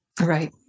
Right